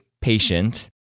patient